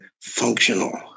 functional